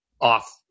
off